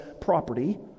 property